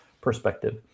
perspective